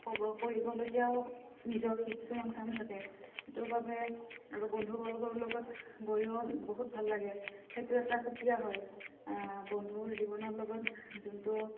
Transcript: ক'ব কৰিবলগীয়াও নিজৰ কিছুমান কাম থাকে সেইটো বাবে আৰু বন্ধুবৰ্গৰ লগত গৈয়ো বহুত ভাল লাগে সেইটো এটা সুকীয়া হয় বন্ধুৰ জীৱনৰ লগত যোনটো